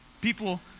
people